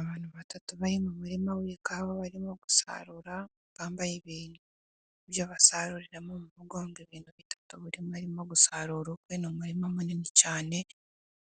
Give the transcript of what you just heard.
Abantu batatu bari mu murima w'ikawa barimo gusarura bambaye ibintu, ibyo basaruriramo mu mugongo ibintu bitatu buri umwe arimo gusarura ukwe ni umurima munini cyane